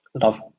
love